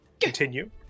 Continue